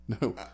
no